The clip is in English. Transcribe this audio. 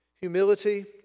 Humility